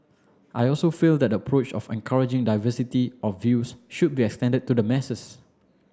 I also feel that the approach of encouraging diversity of views should be extended to the masses